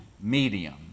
medium